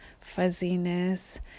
fuzziness